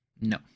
No